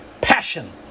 passion